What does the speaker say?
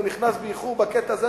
הוא נכנס באיחור בקטע הזה.